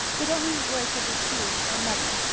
they do not use words such as few or many.